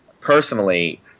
personally